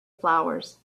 flowers